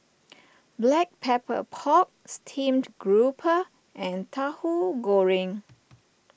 Black Pepper Pork Steamed Grouper and Tahu Goreng